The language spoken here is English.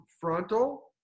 frontal